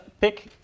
pick